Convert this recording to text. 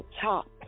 top